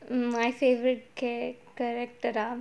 my favourite character um